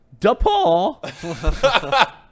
DePaul